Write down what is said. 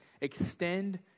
extend